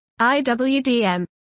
IWDM